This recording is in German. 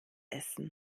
essen